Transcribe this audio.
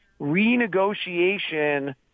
renegotiation